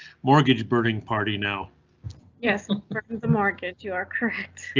mortgage burning party now yes market you are correct.